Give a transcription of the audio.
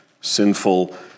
sinful